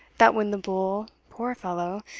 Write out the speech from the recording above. that when the bull, poor fellow,